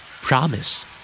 Promise